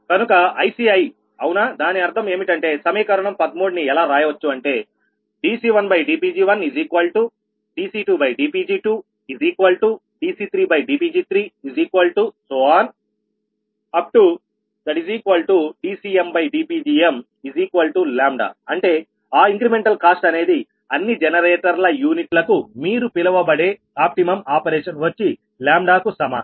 కనుక ICi అవునా దాని అర్థం ఏమిటంటే సమీకరణం 13 ని ఎలా రాయవచ్చు అంటే dC1dPg1dC2dPg2dC3dPg3dCmdPgmλ అంటే ఆ ఇంక్రెమెంటల్ కాస్ట్ అనేది అన్ని జనరేటర్ల యూనిట్లకు మీరు పిలవబడే ఆప్టిమమ్ ఆపరేషన్ వచ్చి కు సమానం